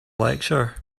lecture